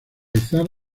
izar